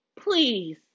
please